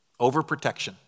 Overprotection